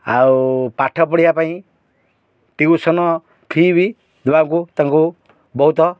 ଆଉ ପାଠ ପଢ଼ିବା ପାଇଁ ଟିଉସନ୍ ଫିସ୍ ବି ଦେବାକୁ ତାଙ୍କୁ ବହୁତ